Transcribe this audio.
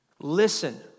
Listen